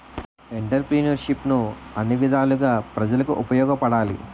ఎంటర్ప్రిన్యూర్షిప్ను అన్ని విధాలుగా ప్రజలకు ఉపయోగపడాలి